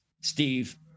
Steve